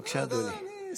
בבקשה, אדוני.